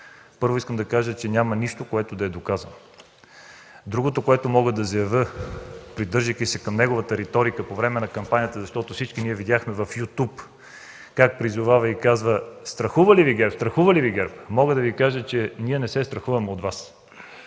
Първо искам да кажа, че няма нищо, което да е доказано. Другото, което мога да заявя, придържайки се към неговата реторика по време на кампанията, защото всички ние видяхме в „Ютуб” как призовава и казва: „Страхува ли Ви ГЕРБ? Страхува ли Ви ГЕРБ?”. Мога да Ви кажа, че ние не се страхуваме от Вас…